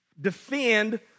defend